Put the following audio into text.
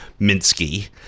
Minsky